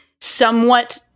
somewhat